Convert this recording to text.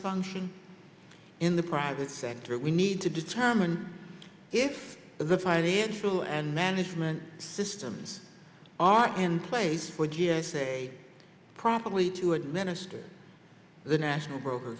function in the private sector we need to determine if the financial and management systems are and place or g s a probably to administer the national broker